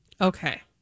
Okay